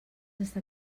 estar